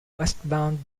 westbound